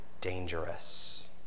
dangerous